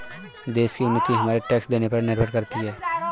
देश की उन्नति हमारे टैक्स देने पर निर्भर करती है